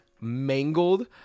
mangled